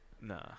Nah